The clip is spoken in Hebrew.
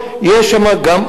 ממה שקורה בסוריה,